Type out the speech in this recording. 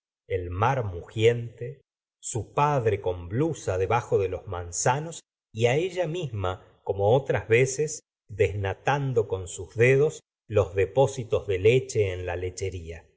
el mar mugiente su padre con blusa debajo de los manzanos y ella misma como otras ve ces desnatando con sus dedos los depósitos de leche en la lechería